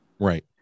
Right